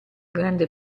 grande